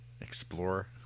explore